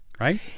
right